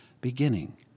beginning